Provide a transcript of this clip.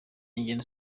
ingendo